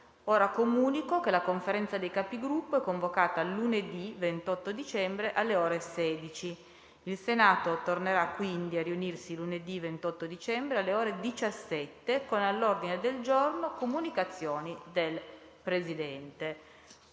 comunico che la Conferenza dei Capigruppo è convocata lunedì 28 dicembre, alle ore 16. Il Senato tornerà quindi a riunirsi lunedì 28 dicembre, alle ore 17, con all’ordine del giorno: «Comunicazioni del Presidente».